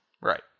Right